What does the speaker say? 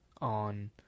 on